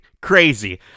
Crazy